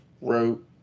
wrote